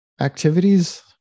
activities